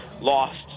lost